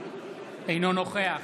אינו נוכח